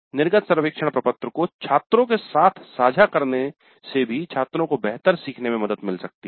निर्गत सर्वेक्षण प्रपत्र को छात्रों के साथ साझा करने से भी छात्रों को बेहतर सीखने में मदद मिल सकती है